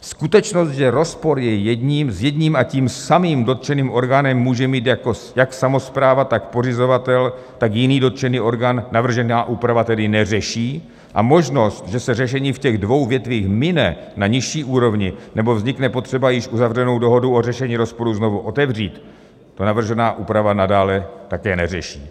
Skutečnost, že rozpor s jedním a tím samým dotčeným orgánem může mít jak samospráva, tak pořizovatel, tak jiný dotčený orgán, navržená úprava tedy neřeší a možnost, že se řešení v těch dvou větvích mine na nižší úrovni nebo vznikne potřeba již uzavřenou dohodu o řešení rozporu znovu otevřít, navržená úprava nadále také neřeší.